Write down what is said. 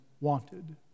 wanted